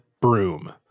broom